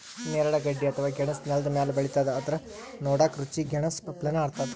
ನೇರಳೆ ಗಡ್ಡಿ ಅಥವಾ ಗೆಣಸ್ ನೆಲ್ದ ಮ್ಯಾಲ್ ಬೆಳಿತದ್ ಆದ್ರ್ ನೋಡಕ್ಕ್ ರುಚಿ ಗೆನಾಸ್ ಅಪ್ಲೆನೇ ಇರ್ತದ್